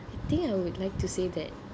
I think I would like to say that